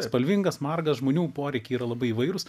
spalvingas margas žmonių poreikiai yra labai įvairūs